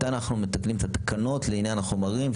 מתי אנו מתקנים את התקנות וההגבלות.